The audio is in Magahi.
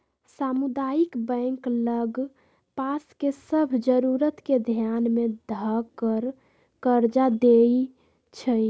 सामुदायिक बैंक लग पास के सभ जरूरत के ध्यान में ध कऽ कर्जा देएइ छइ